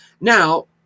Now